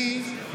אני,